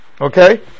Okay